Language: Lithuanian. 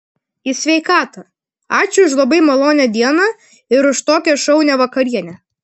į sveikatą ačiū už labai malonią dieną ir už tokią šaunią vakarienę